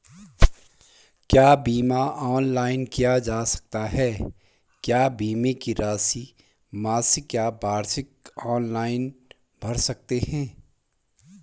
क्या बीमा ऑनलाइन किया जा सकता है क्या बीमे की राशि मासिक या वार्षिक ऑनलाइन भर सकते हैं?